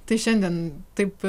tai šiandien taip